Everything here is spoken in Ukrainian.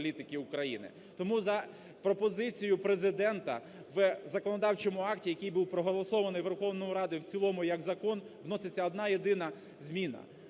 Тому, за пропозицією Президента, в законодавчому акті, який був проголосований Верховною Радою в цілому як закон, вноситься одна єдина зміна: